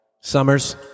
Summers